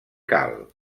cal